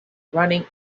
running